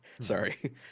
Sorry